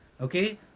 Okay